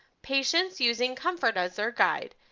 patients using comfort as our guide,